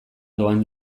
doan